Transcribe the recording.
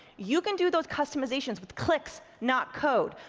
you can do those customizations with clicks, not code.